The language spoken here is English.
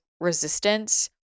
resistance